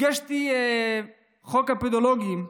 הגשתי את חוק הפודולוגים,